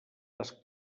les